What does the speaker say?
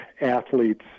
athletes